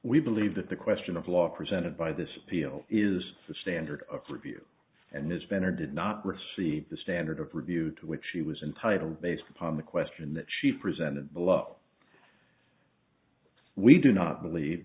we believe that the question of law presented by this appeal is the standard of review and has been or did not receive the standard of review to which she was entitled based upon the question that she presented blup we do not believe